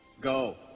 Go